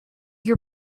your